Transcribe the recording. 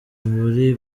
muri